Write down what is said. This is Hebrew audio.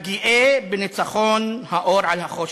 הגאה בניצחון האור על החושך.